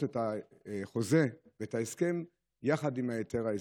את החוזה ואת ההסכם יחד עם היתר העסקה.